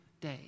day